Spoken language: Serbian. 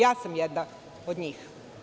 Ja sam jedna od njih.